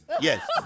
Yes